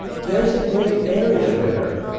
there's a gray area there.